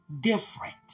different